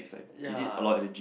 ya